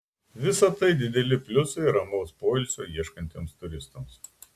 visa tai dideli pliusai ramaus poilsio ieškantiems turistams